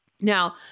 Now